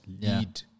lead